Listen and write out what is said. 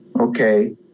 okay